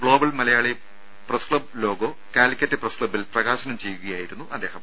global Malayali press club logo Calicut press ക്ലബ്ബിൽ പ്രകാശനം ചെയ്യുകയായിരുന്നു അദ്ദേഹം